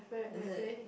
is it